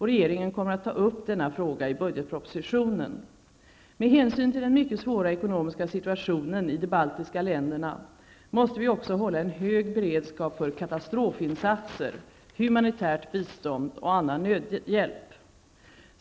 Regeringen kommer att ta upp denna fråga i budgetpropositionen. Med hänsyn till den mycket svåra ekonomiska situationen i de baltiska länderna måste vi också hålla en hög beredskap för katastrofinsatser, humanitärt bistånd och annan nödhjälp. Fru talman!